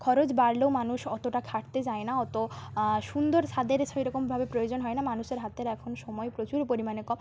খরচ বাড়লেও মানুষ অতটা খাটতে যায় না অত সুন্দর স্বাদের সেই রকমভাবে প্রয়োজন হয় না মানুষের হাতের এখন সময় প্রচুর পরিমাণে কম